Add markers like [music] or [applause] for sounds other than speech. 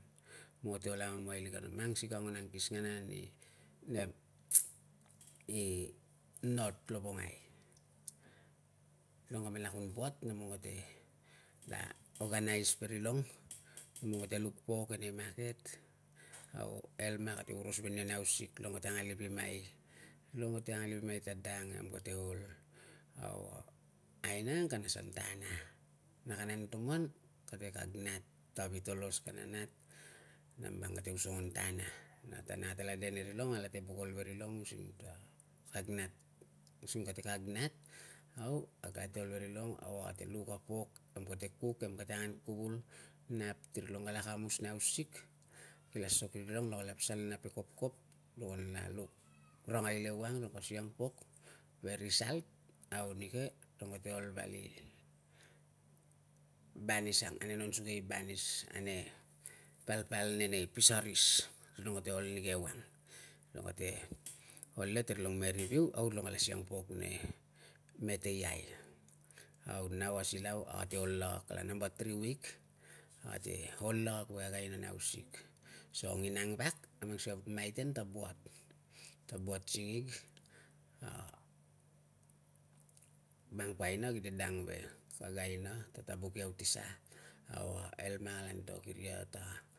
Mong kate ol amamailikan ve ngono angkisnganan i nem [noise] i north lovongai. Long ka mela kun buat, nemlong kate organise ve rilong. Mong kate luk pok enei market au elma kate oros ve ni nei hausik rilong kate alipimai, rilong kate alipimai ta dang, nem kate ol. Au aina ang kana asan ta anna na kana anutuman kate kag nat ta vitolos kana nat, nambang kate osongon ta anna. Na tan ang atela de nirilong, alate bukol ve rilong using a kag na. t kate kag nat au kag ate ol ve rilong. Au ate luk a pok nemkate kuk, nem kate angan kuvul nap ti rilong kala kamus nei hausik. Ki asok irilong, rilong kate pasal nap e kopkop, long anla luk rangai lewang, rilong pasiang pok ve result, au nike rilong kate ol vali banis ang ane non suge i banis, ane palpal nenei fisheries, rilong kate ol lik awang. Rilong kate ol le ni rilong me review le rilong la siang pok ane meteiai, au nau a silau ate ol lakak. Ate namba three week ate ol lakak ve kag aina nei hausik. So nginang vak, a mang sikei a vuk maiten ta buat, ta buat singig [hesitation] mang po aina kite dang ve kag aina ta, ta buk iau ti sa? Au a elma ta antok iria ta